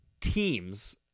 teams